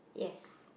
yes